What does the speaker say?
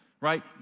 right